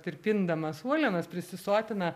tirpindamas uolienas prisisotina